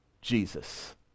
Jesus